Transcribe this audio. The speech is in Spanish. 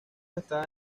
está